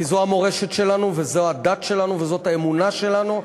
כי זו המורשת שלנו וזו הדת שלנו וזאת האמונה שלנו,